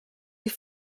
die